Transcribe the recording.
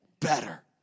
better